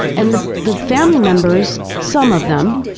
and the the family members, some of them,